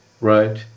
right